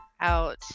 out